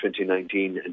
2019